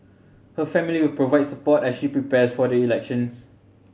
her family will provide support as she prepares for the elections